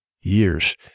years